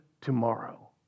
tomorrow